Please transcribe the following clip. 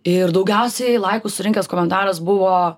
ir daugiausiai laikų surinkęs komentaras buvo